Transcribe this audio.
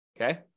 okay